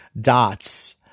dots